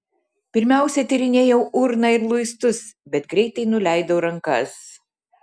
pirmiausia tyrinėjau urną ir luistus bet greitai nuleidau rankas